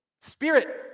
Spirit